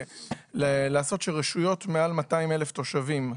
לעשות שרשויות מעל 200,000 תושבים,